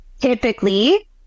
typically